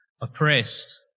oppressed